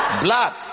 Blood